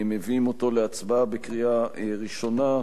מביאים אותו להצבעה בקריאה ראשונה.